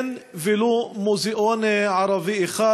אין ולו מוזיאון ערבי אחד,